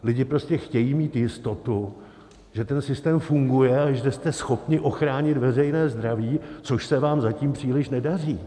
Lidi prostě chtějí mít jistotu, že ten systém funguje a že jste schopni ochránit veřejné zdraví, což se vám zatím příliš nedaří.